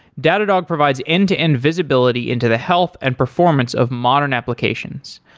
datadog provides end-to-end visibility into the health and performance of modern applications.